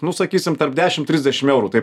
nu sakysim tarp dešim trisdešim eurų taip